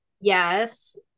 Yes